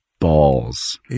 Balls